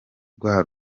rwa